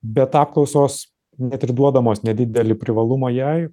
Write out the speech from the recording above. bet apklausos net ir duodamos nedidelį privalumą jai